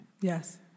Yes